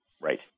Right